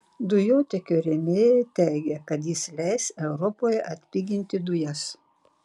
dujotiekio rėmėjai teigia kad jis leis europoje atpiginti dujas